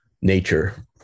nature